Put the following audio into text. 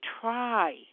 try